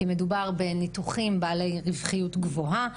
כי מדובר בניתוחים בעלי רווחיות גבוהה.